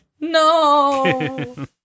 No